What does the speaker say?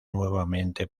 nuevamente